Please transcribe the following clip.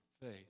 faith